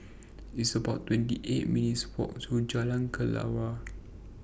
It's about twenty eight minutes' Walk to Jalan Kelawar